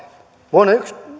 on